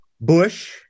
Bush